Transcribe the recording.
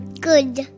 Good